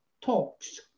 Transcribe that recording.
talks